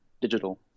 digital